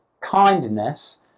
kindness